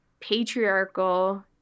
patriarchal